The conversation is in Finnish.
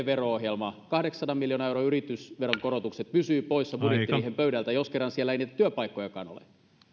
vero ohjelma kahdeksansadan miljoonan euron yritysveron korotukset pysyy poissa budjettiriihen pöydältä jos kerran siellä ei niitä työpaikkojakaan ole